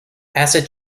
acid